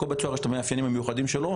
לכל בית סוהר יש את המאפיינים המיוחדים שלו.